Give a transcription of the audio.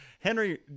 henry